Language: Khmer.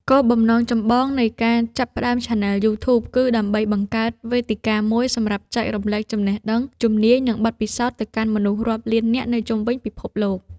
គោលបំណងចម្បងនៃការចាប់ផ្តើមឆានែលយូធូប គឺដើម្បីបង្កើតវេទិកាមួយសម្រាប់ចែករំលែកចំណេះដឹង ជំនាញ និងបទពិសោធន៍ទៅកាន់មនុស្សរាប់លាននាក់នៅជុំវិញពិភពលោក។